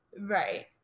right